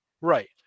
Right